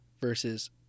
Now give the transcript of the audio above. versus